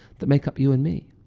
that make up you and me.